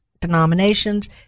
denominations